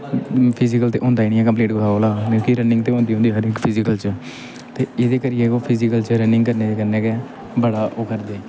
physical ते होंदा गै निं ऐ कंपलीट कुसै कोला कि जे रनिंग ते होंदी गै होंदी ऐ हर इक फिज़िकल च ते एह्दे करियै ओह् फिजिकल च रनिंग करने दे कन्नै गै बड़ा ओह् करदे